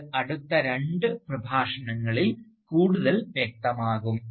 ഇത് അടുത്ത രണ്ട് പ്രഭാഷണങ്ങളിൽ കൂടുതൽ വ്യക്തമാകും